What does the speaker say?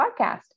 podcast